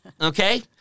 okay